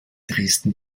dresden